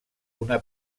una